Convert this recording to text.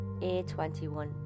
A21